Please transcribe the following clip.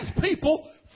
people